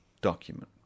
document